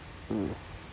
mm